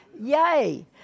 Yay